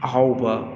ꯑꯍꯥꯎꯕ